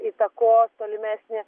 įtakos tolimesnį